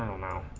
lmao